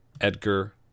Edgar